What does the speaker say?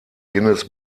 guinness